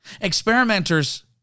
Experimenters